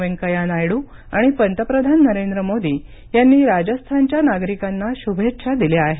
वेंकय्या नायडू आणि पंतप्रधान नरेंद्र मोदी यांनी राजस्थानच्या नागरिकांना शुभेच्छा दिल्या आहेत